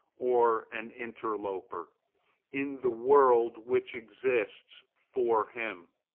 or an interloper in the world which exists for him.